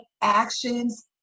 actions